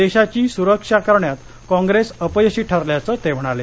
देशाची सुरक्षा करण्यात काँग्रेस अपयशी ठरल्याचं ते म्हणाले